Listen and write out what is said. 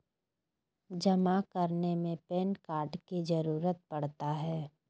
जमा करने में पैन कार्ड की जरूरत पड़ता है?